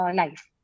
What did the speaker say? life